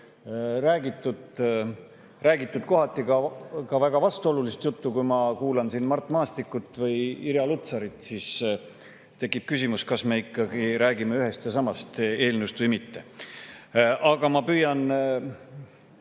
räägitud kohati ka väga vastuolulist juttu. Kui ma kuulan siin Mart Maastikku või Irja Lutsarit, siis tekib küsimus, kas me ikka räägime ühest ja samast eelnõust või mitte. Aga ma püüan